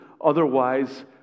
Otherwise